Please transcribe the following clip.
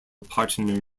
partner